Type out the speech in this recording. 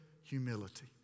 humility